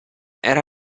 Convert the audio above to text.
era